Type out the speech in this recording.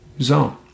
zone